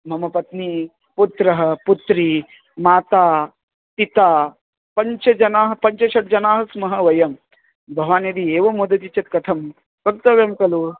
मम पत्नी पुत्रः पुत्री माता पिता पञ्च जनाः पञ्च षड् जनाः स्मः वयं भवान् यदि एव मोदते चेत् कथं वक्तव्यं खलु